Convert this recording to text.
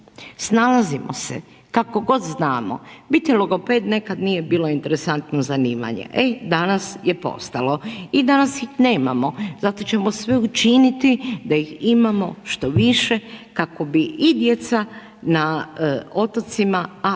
Snalazimo se kako god znamo. Biti logoped nekad nije bilo interesantno zanimanje, e danas je postalo. I danas ih nemamo, zato ćemo sve učiniti da ih imamo što više kako bi i djeca na otocima a